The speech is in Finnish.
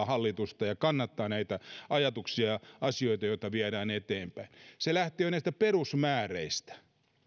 hallitusta ja kannattaa näitä ajatuksia ja asioita joita viedään eteenpäin se lähtee jo näistä perusmääreistä